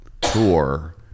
tour